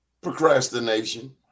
Procrastination